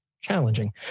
challenging